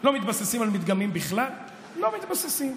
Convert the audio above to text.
לא מתבססים על מדגמים בכלל, לא מתבססים.